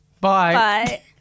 Bye